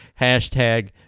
hashtag